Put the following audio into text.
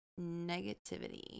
Negativity